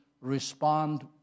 respond